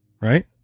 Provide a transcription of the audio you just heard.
right